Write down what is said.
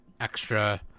extra